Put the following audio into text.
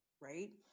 Right